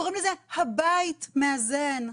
קוראים לזה "הבית מאזן",